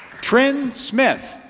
trinn smith.